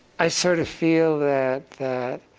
i sort of feel that that